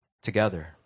together